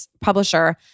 publisher